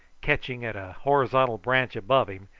catching at a horizontal branch above him,